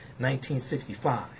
1965